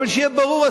אבל שיהיה ברור,